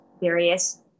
various